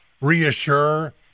reassure